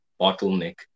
bottleneck